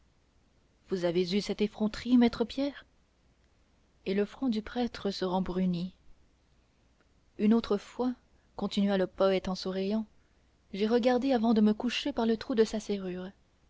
vous avez eu cette effronterie maître pierre et le front du prêtre se rembrunit une autre fois continua le poète en souriant j'ai regardé avant de me coucher par le trou de sa serrure